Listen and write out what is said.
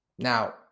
Now